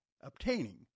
obtaining